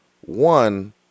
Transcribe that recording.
one